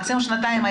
מקסימום שנתיים,